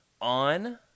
on